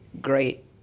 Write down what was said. great